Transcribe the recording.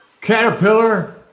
caterpillar